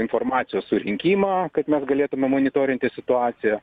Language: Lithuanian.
informacijos surinkimą kad mes galėtume monitorinti situaciją